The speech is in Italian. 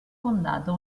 fondato